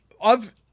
of-